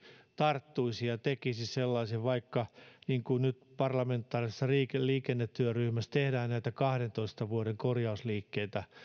tarttuisi tähän ja tekisi vaikka sellaisen kuin nyt parlamentaarisessa liikennetyöryhmässä tehdään näitä kahdentoista vuoden korjausliikkeitä